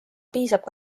piisab